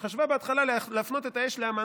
חשבה בהתחלה להפנות את האש להמן,